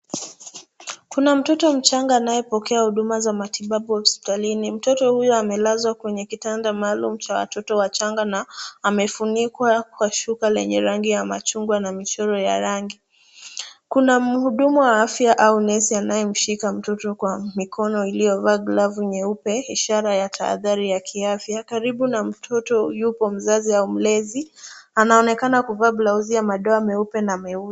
Kuna mtoto mchanga anayepokea huduma za matibabu hosipitalini. Mtoto huyo amelazwa kwenye kitanda maalum cha watoto wachanga na amefunikwa kwa shuka lenye rangi ya machungwa na michoro ya rangi. Kuna muhudumu wa afya au nesi anayemshika mtoto kwa mikono iliyovaa glavu nyeupe ishara ya tahadhari ya kiafya, karibu na mtoto yupo mzazi au mlezi anaonekana kuvaa blauzi ya madoa meupe na meusi.